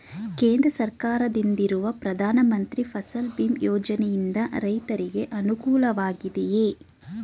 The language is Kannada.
ಕೇಂದ್ರ ಸರ್ಕಾರದಿಂದಿರುವ ಪ್ರಧಾನ ಮಂತ್ರಿ ಫಸಲ್ ಭೀಮ್ ಯೋಜನೆಯಿಂದ ರೈತರಿಗೆ ಅನುಕೂಲವಾಗಿದೆಯೇ?